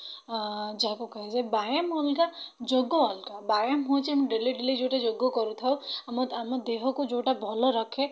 ଯାହାକୁ କୁହାଯାଏ ବ୍ୟାୟାମ ଅଲଗା ଯୋଗ ଅଲଗା ବ୍ୟାୟାମ ହେଉଛି ଆମେ ଡେଲି ଡେଲି ଯେଉଁଟା ଯୋଗ କରିଥାଉ ଆମ ଆମ ଦେହକୁ ଯେଉଁଟା ଭଲ ରଖେ